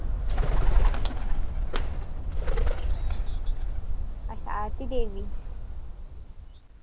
Aarti Devi